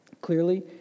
Clearly